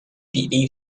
比例